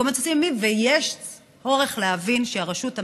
במקומות מסוימים, ויש צורך להבין שהרשות המקומית,